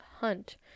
hunt